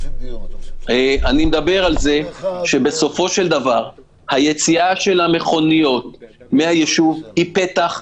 אני מדבר על זה שהיציאה של המכוניות מהיישוב היא פתח,